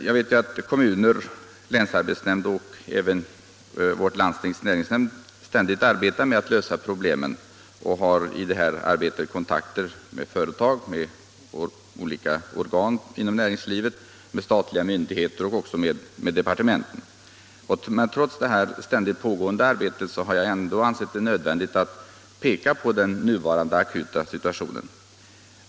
Jag vet också att kommunen, länsarbetsnämnden och landstinget ständigt arbetar på att lösa problemen och att de i denna strävan har kontakter med företag och olika organ inom näringslivet, statliga myndigheter och departement. Men trots detta ständigt pågående arbete har jag ansett det nödvändigt att peka på den nuvarande akuta situationen.